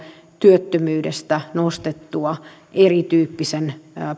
työttömyydestä nostettua erityyppisten